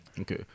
Okay